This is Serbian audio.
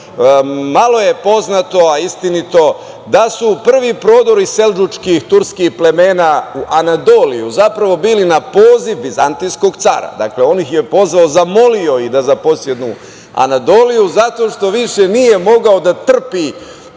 malo je poznato, a istinito, da su prvi prodori seldžučkih turskih plemena u Anadoliju, zapravo bili na poziv vizantijskog cara. Dakle, on ih je pozvao, zamolio da zaposednu Anadoliju zato što više nije mogao da trpi